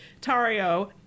Tario